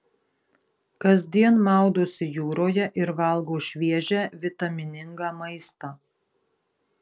kasdien maudosi jūroje ir valgo šviežią vitaminingą maistą